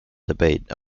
debate